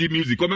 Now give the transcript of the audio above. Music